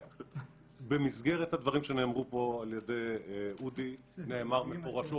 במסגרת הדברים שנאמרו פה על-ידי אודי נאמר מפורשות